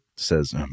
Says